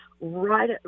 right